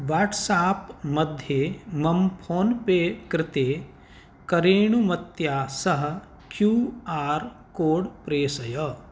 WhatsApp मध्ये मम PhonePe कृते करेणुमत्या सह क्यू आर् कोड् प्रेषय